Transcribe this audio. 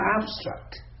abstract